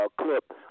Clip